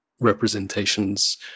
representations